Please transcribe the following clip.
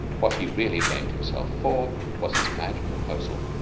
what he really blamed himself for was his mad proposal.